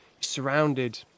surrounded